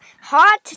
hot